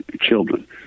children